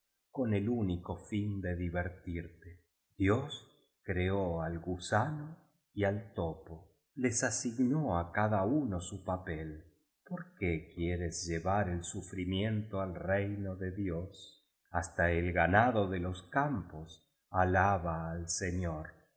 con el único fin de divertirte dios creó al gusano y al topo les asignó á cada uno su papel por qué quieres llevar el sufrimiento al refino de dios hasta el ganado de los campos alaba al señor